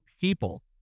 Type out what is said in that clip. people